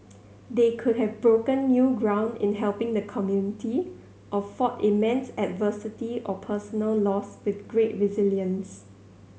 they could have broken new ground in helping the community or fought immense adversity or personal loss with great resilience